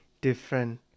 different